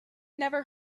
never